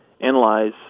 analyze